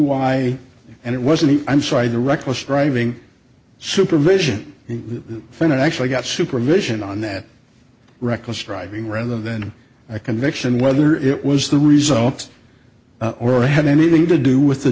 i and it wasn't i'm sorry the reckless driving supervision and the fine and actually got supervision on that reckless driving rather than a conviction whether it was the result or had anything to do with the